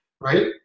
right